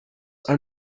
are